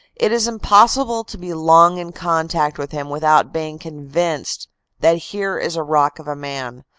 it is impossible to be long in contact with him without being con vinced that here is a rock of a man,